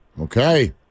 Okay